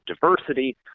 diversity